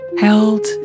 Held